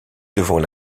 devant